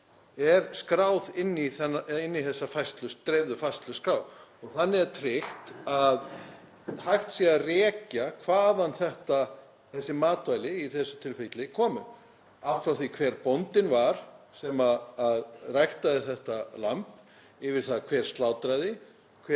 er skráður inn í þessa dreifðu færsluskrá. Þannig er tryggt að hægt sé að rekja hvaðan þessi matvæli, í þessu tilfelli, komu, allt frá því hver bóndinn var sem ræktaði þetta land yfir í það hver slátraði,